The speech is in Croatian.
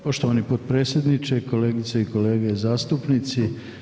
Poštovani potpredsjedniče, kolegice i kolete zastupnice.